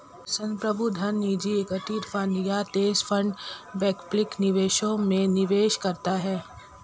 संप्रभु धन निजी इक्विटी फंड या हेज फंड वैकल्पिक निवेशों में निवेश करता है